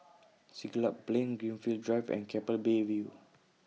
Siglap Plain Greenfield Drive and Keppel Bay View